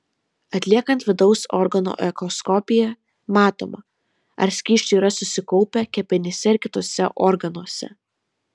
atliekant vidaus organų echoskopiją matoma ar skysčių yra susikaupę kepenyse ir kituose organuose